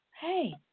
hey